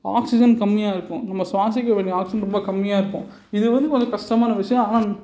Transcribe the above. oxygen கம்மியாக இருக்கும் நம்ம சுவாசிக்க கொஞ்சம் ஆக்சிஜன் ரொம்ப கம்மியாக ருக்கும் இது வந்து கொஞ்சம் கஷ்டமான விஷயம் ஆனால்